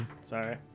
Sorry